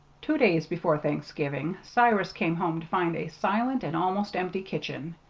two days before thanksgiving cyrus came home to find a silent and almost empty kitchen.